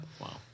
Wow